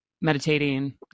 meditating